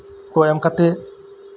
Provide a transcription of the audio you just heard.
ᱠᱚ ᱮᱢ ᱠᱟᱛᱮᱫ